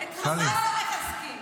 את חמאס הם מחזקים.